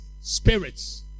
Spirits